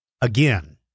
again